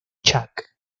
chuck